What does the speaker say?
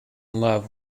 love